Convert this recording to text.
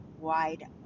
wide